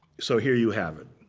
so here you have it.